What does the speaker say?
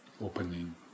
opening